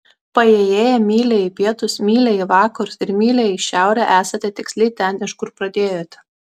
paėjėję mylią į pietus mylią į vakarus ir mylią į šiaurę esate tiksliai ten iš kur pradėjote